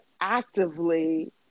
actively